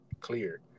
clear